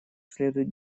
следует